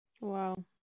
Wow